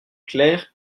clair